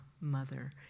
mother